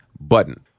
button